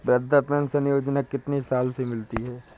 वृद्धा पेंशन योजना कितनी साल से मिलती है?